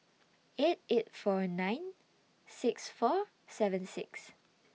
eight eight four nine six four seven six